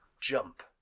jump